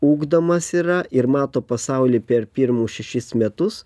ugdomas yra ir mato pasaulį per pirmus šešis metus